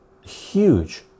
huge